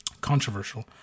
controversial